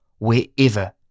Wherever